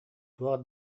туох